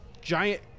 giant